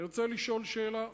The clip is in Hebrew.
אני רוצה לשאול שאלה: